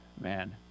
Man